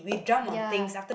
ya